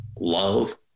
love